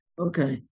Okay